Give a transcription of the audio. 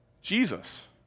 Jesus